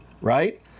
right